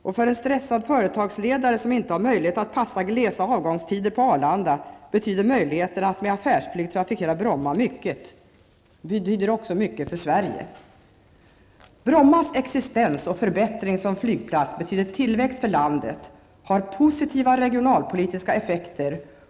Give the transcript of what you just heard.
Och för en stressad företagsledare, som inte har möjlighet att passa glesa avgångstider på Arlanda, betyder det mycket att ha möjlighet att med affärsflyg trafikera Bromma, och det betyder mycket även för Sverige. Brommas existens och förbättring som flygplats betyder tillväxt för landet och har positiva regionalpolitiska effekter.